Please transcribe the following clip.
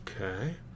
Okay